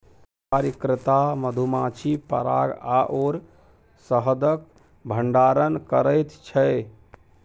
कार्यकर्ता मधुमाछी पराग आओर शहदक भंडारण करैत छै